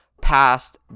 past